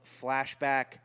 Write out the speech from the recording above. flashback